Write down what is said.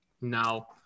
now